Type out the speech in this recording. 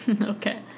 Okay